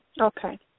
Okay